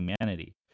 humanity